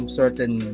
certain